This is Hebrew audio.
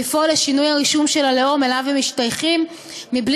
לפעול לשינוי הרישום של הלאום שאליו הם משתייכים מבלי